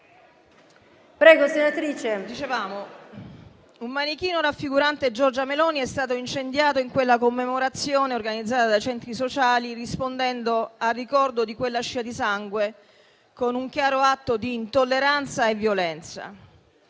Un manichino raffigurante Giorgia Meloni è stato incendiato in quella commemorazione organizzata da centri sociali, rispondendo al ricordo di quella scia di sangue con un chiaro atto di intolleranza e violenza.